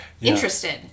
interested